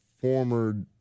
former